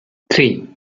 three